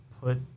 put